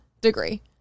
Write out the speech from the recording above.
degree